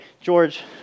George